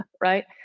Right